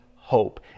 Hope